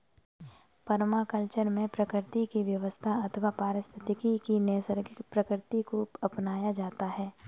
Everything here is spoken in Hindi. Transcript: परमाकल्चर में प्रकृति की व्यवस्था अथवा पारिस्थितिकी की नैसर्गिक प्रकृति को अपनाया जाता है